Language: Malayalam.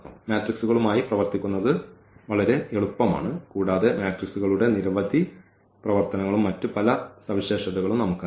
മെട്രിക്സുകളുമായി പ്രവർത്തിക്കുന്നത് വളരെ എളുപ്പമാണ് കൂടാതെ മെട്രിക്സുകളുടെ നിരവധി പ്രവർത്തനങ്ങളും മറ്റ് പല സവിശേഷതകളും നമുക്കറിയാം